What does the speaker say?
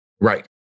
right